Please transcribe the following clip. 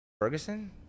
Ferguson